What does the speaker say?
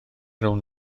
rownd